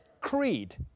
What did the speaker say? creed